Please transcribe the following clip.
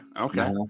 okay